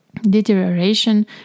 deterioration